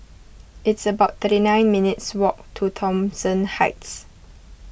it's about thirty nine minutes' walk to Thomson Heights